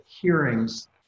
hearings